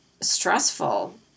stressful